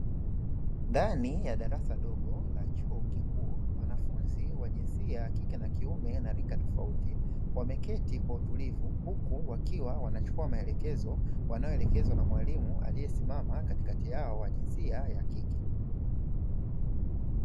Ndani ya darasa dogo la chuo kikuu, wanafunzi wa jinsia ya kike na kiume na rika tofauti, wameketi kwa utulivu huku wakiwa wanachukua maelekezo wanayoelekezwa na mwalimu aliyesimama katikati yao wa jinsia ya kike.